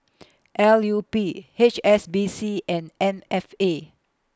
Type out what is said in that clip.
L U P H S B C and M F A